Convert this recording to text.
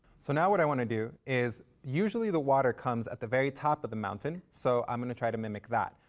so, now, what i want to do is, usually the water comes at the very top of the mountain, so i'm going to try to mimic that.